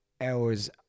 hours